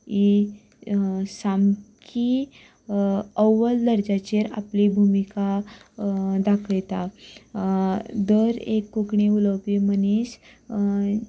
ही सामकी अव्वल दर्जाची आपली भुमिका दाखयता दर एक कोंकणी उलोवपी मनीस